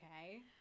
Okay